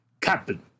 Captain